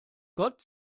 gott